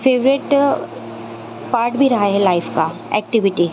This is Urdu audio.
فیوریٹ پارٹ بھی رہا ہے لائف کا ایکٹیویٹی